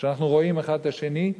כשאנחנו רואים האחד את השני,